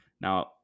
Now